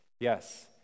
Yes